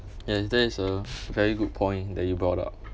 that that is a very good point that you brought up